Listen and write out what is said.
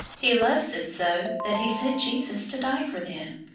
he loves them so that he sent jesus to die for them.